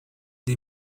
des